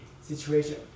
situation